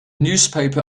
newspaper